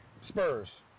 Spurs